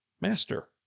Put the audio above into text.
Master